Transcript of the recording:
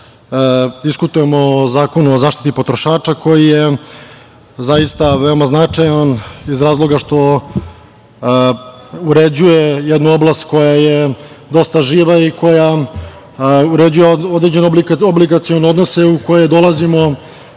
diskutujemo o Zakonu o zaštiti potrošača koji je zaista veoma značajan, iz razloga što uređuje jednu oblast koja je dosta živa i koja uređuje određene obligacione odnose u koje dolazimo